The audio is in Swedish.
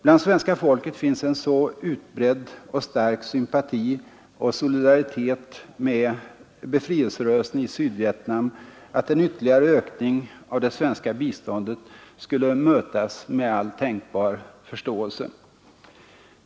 Bland svenska folket finns det en så utbredd och stark sympati för och solidaritet med befrielserörelsen i Sydvietnam, att en ytterligare ökning av det svenska biståndet skall mötas med all tänkbar förståelse.